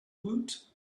woot